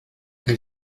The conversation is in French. elle